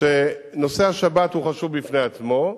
שנושא השבת הוא חשוב בפני עצמו,